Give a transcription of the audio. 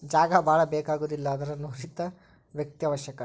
ಜಾಗಾ ಬಾಳ ಬೇಕಾಗುದಿಲ್ಲಾ ಆದರ ನುರಿತ ವ್ಯಕ್ತಿ ಅವಶ್ಯಕ